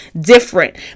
different